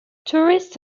tourists